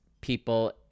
people